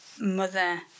mother